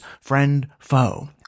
friend-foe